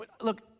Look